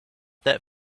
that